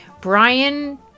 brian